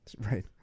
Right